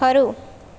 ખરું